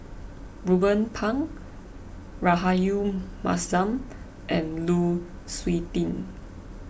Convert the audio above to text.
Ruben Pang Rahayu Mahzam and Lu Suitin